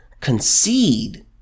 concede